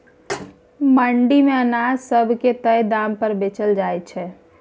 मंडी मे अनाज सब के तय दाम पर बेचल जाइ छै